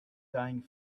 dying